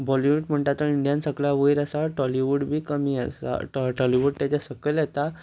बॉलीवूड म्हणटा तो इंडियान सगळ्या वयर आसा टॉलीवूड बी कमी आसा टॉलिवूड ताजे सकयल येता